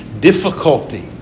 Difficulty